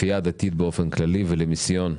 לכפייה דתית באופן כללי ולמיסיון,